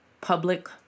public